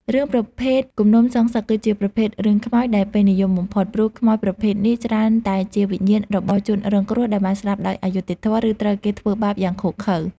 រឿងប្រភេទគំនុំសងសឹក គឺជាប្រភេទរឿងខ្មោចដែលពេញនិយមបំផុត ព្រោះខ្មោចប្រភេទនេះច្រើនតែជាវិញ្ញាណរបស់ជនរងគ្រោះដែលបានស្លាប់ដោយអយុត្តិធម៌ ឬត្រូវគេធ្វើបាបយ៉ាងឃោរឃៅ។